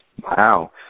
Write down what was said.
Wow